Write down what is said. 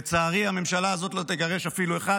לצערי הממשלה הזאת לא תגרש אפילו אחת,